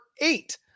eight